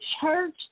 church